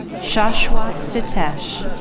shashwat sitesh